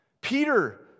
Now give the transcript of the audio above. Peter